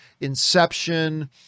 inception